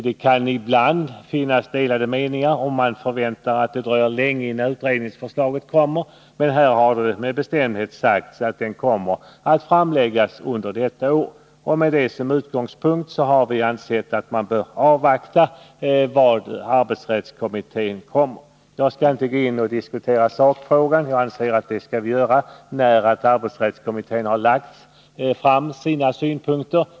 Det kan ibland vara delade meningar om detta, om man förväntar sig att det dröjer lång tid innan utredningsförslaget kommer. Men här har det med bestämdhet sagts att ett förslag kommer att framläggas under detta år. Med det som utgångspunkt har vi ansett att vi bör avvakta vad arbetsrättskommittén kommer med. Jag skall inte diskutera sakfrågan. Det skall vi göra när arbetsrättskommittén har lagt fram sina synpunkter.